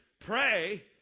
Pray